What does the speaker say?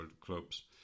clubs